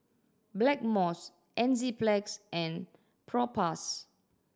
Blackmores Enzyplex and Propass